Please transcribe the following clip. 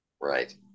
Right